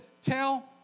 tell